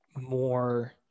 more